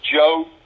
Joe